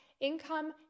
income